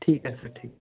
ठीक आहे सर ठीक आहे